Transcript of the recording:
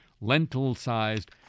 Lentil-sized